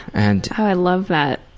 and oh i love that.